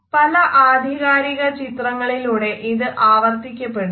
പല ആധികാരിക ചിത്രങ്ങളിലൂടെ ഇത് അവർത്തിക്കപെടുന്നു